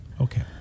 Okay